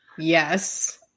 Yes